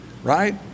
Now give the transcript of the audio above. Right